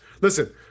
Listen